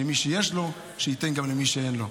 שמי שיש לו שייתן גם למי שאין לו.